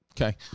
Okay